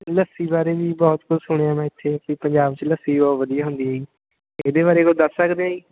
ਲੱਸੀ ਬਾਰੇ ਵੀ ਬਹੁਤ ਕੁਝ ਸੁਣਿਆ ਮੈਂ ਇੱਥੇ ਵੀ ਪੰਜਾਬ 'ਚ ਲੱਸੀ ਬਹੁਤ ਵਧੀਆ ਹੁੰਦੀ ਹੈ ਜੀ ਅਤੇ ਇਹਦੇ ਬਾਰੇ ਕੁਝ ਦੱਸ ਸਕਦੇ ਆ ਜੀ